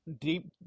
Deep